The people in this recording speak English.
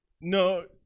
No